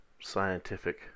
scientific